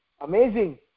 amazing